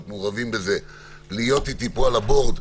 מעורבים בזה להיות איתי פה על הבורד,